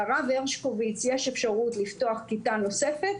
לרב הרשקוביץ יש אפשרות לפתוח כיתה נוספת,